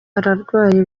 ararwaye